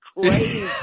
crazy